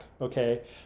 okay